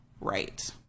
right